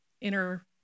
inner